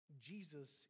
Jesus